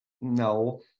no